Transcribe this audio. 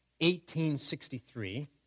1863